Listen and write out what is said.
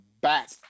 back